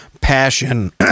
passion